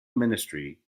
ministry